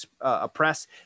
oppress